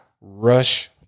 rush